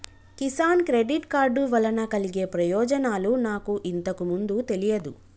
Kisan credit card వలన కలిగే ప్రయోజనాలు నాకు ఇంతకు ముందు తెలియదు